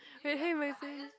hey hey magazine